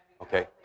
okay